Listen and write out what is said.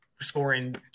scoring